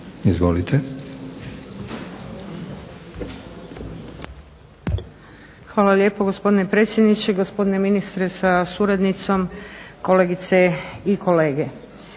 (SDP)** Hvala lijepo gospodine predsjedniče, gospodine ministre sa suradnicom, kolegice i kolege.